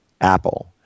Apple